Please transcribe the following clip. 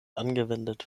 angewendet